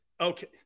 Okay